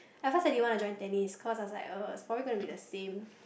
at first I didn't want to join tennis cause I was like uh it was probably gonna be the same